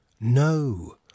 No